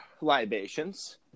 libations